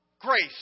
grace